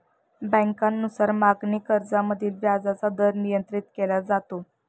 बँकांनुसार मागणी कर्जामधील व्याजाचा दर नियंत्रित केला जातो